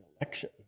election